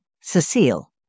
Cecile